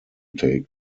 take